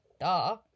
duh